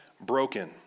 broken